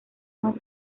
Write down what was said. más